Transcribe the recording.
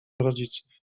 rodziców